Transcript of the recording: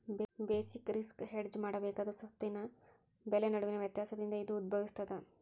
basic risk hedge ಮಾಡಬೇಕಾದ ಸ್ವತ್ತಿನ ಬೆಲೆ ನಡುವಿನ ವ್ಯತ್ಯಾಸದಿಂದ ಇದು ಉದ್ಭವಿಸ್ತದ